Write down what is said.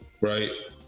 right